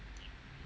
no